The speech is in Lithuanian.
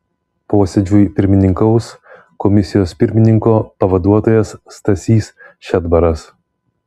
posėdžiui pirmininkaus komisijos pirmininko pavaduotojas stasys šedbaras